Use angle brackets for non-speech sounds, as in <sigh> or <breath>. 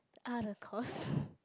other course <breath>